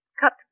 Cut